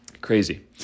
Crazy